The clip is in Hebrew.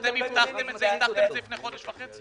אתם הבטחתם את זה לפני חודש וחצי.